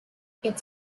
its